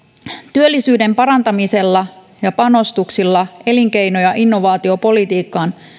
työllisyyden parantamisella ja panostuksilla elinkeino ja innovaatiopolitiikkaan